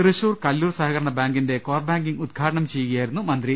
തൃശൂർ കല്ലൂർ സഹകരണബാങ്കിന്റെ core banking ഉദ്ഘാടനം ചെയ്യുകയായിരുന്നു മന്ത്രി